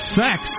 sex